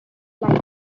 light